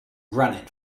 granite